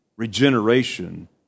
Regeneration